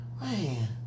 Man